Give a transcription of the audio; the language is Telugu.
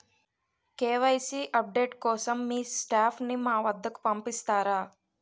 కే.వై.సీ అప్ డేట్ కోసం మీ స్టాఫ్ ని మా వద్దకు పంపిస్తారా?